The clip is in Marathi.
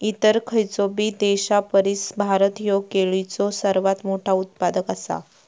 इतर खयचोबी देशापरिस भारत ह्यो केळीचो सर्वात मोठा उत्पादक आसा